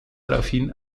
daraufhin